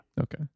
Okay